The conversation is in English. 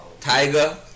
Tiger